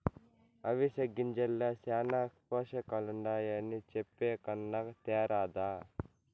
అవిసె గింజల్ల శానా పోసకాలుండాయని చెప్పే కన్నా తేరాదా